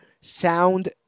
sound